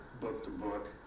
book-to-book